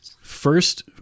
First